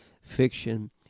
fiction